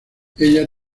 ella